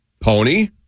Pony